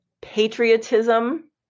patriotism